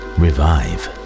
revive